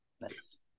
nice